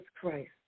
Christ